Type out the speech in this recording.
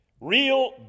real